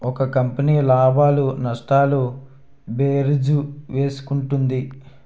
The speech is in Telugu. ఒక కంపెనీ లాభాలు నష్టాలు భేరీజు వేసుకుంటుంది